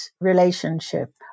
relationship